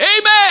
amen